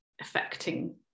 affecting